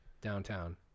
downtown